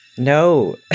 No